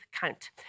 count